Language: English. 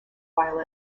while